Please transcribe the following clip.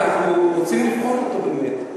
אנחנו רוצים לבחון אותו באמת.